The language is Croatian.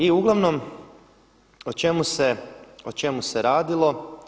I uglavnom o čemu se radilo?